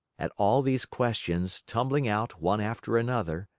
at all these questions, tumbling out one after another,